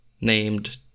named